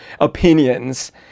opinions